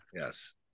Yes